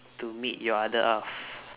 to meet your other half